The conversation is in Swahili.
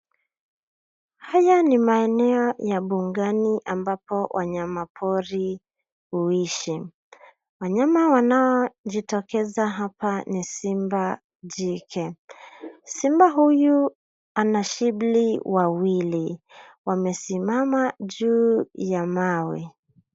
Haya ya ni maeneo ya mbugani ambapo wanyama pori huishi, wanyama wanaojitokeza hapa ni simba jike. Simba huyu ana shibli wawili, wamesimama juu ya mawe.